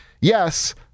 Yes